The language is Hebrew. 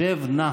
שב נא.